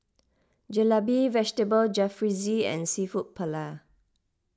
Jalebi Vegetable Jalfrezi and Seafood Paella